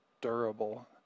durable